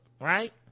right